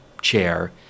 chair